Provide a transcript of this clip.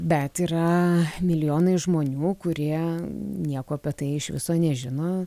bet yra milijonai žmonių kurie nieko apie tai iš viso nežino